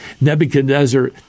Nebuchadnezzar